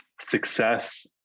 success